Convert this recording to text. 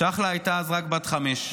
צ'חלה הייתה אז רק בת חמש.